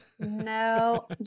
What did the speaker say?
No